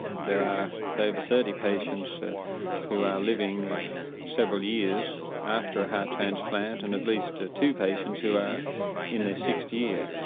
there are over thirty patients who are living several years after a heart transplant and at least ah two patients who are in their sixth year.